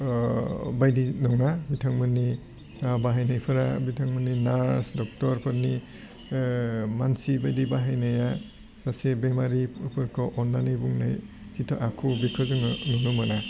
बायदि नङा बिथांमोननि बाहायनायफोरा बिथांमोननि नार्स डक्टरफोरनि मानसि बायदि बाहायनाया एसे बेमारिफोरखौ अन्नानै बुंनाय जिथु आखु बेखौ जोङो नुनो मोना